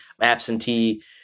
absentee